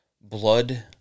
blood